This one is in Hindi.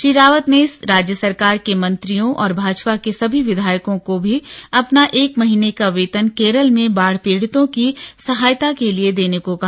श्री रावत ने राज्य सरकार के मंत्रियों और भाजपा के सभी विधायकों को भी अपना एक महीने का वेतन केरल में बाढ़ पीड़ितों की सहायता के लिए देने को कहा